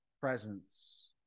presence